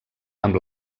amb